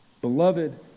Beloved